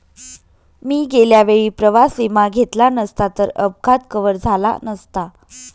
मी गेल्या वेळी प्रवास विमा घेतला नसता तर अपघात कव्हर झाला नसता